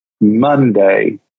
Monday